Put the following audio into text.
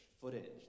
footage